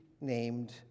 named